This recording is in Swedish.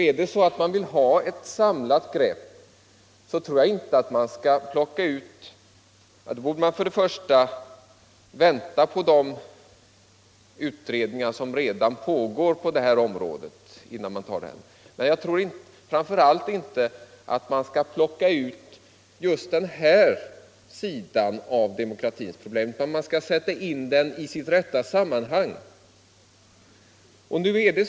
Vill man ha ett samlat grepp, borde man vänta på de utredningar som redan pågår. Och framför allt skall man inte plocka ut just denna sida av demokratins problem, utan man skall sätta in den i sitt rätta sammanhang.